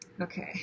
okay